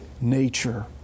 nature